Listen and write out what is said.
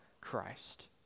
Christ